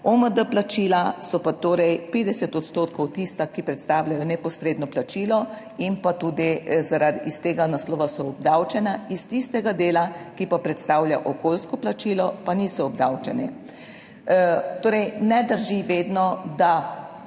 OMD plačila so pa torej 50 % tista, ki predstavljajo neposredno plačilo in pa tudi zaradi iz tega naslova so obdavčena, iz tistega dela, ki pa predstavlja okoljsko plačilo, pa niso obdavčeni. Torej ne drži vedno, da